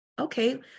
okay